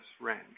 range